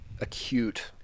Acute